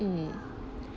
mm